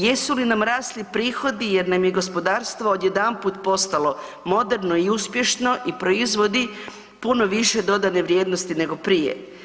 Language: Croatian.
Jesu li nam rasli prihodi jer nam je gospodarstvo odjedanput postalo moderno i uspješno i proizvodi puno više dodane vrijednosti nego prije?